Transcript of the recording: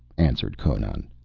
answered conan.